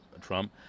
Trump